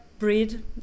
breed